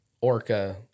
orca